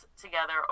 together